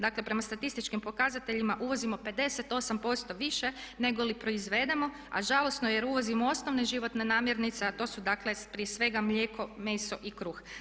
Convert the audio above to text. Dakle prema statističkim pokazateljima uvozimo 58% više nego li proizvedemo a žalosno je jer uvozimo osnovne životne namirnice a to su dakle prije svega mlijeko, meso i kruh.